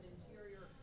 Interior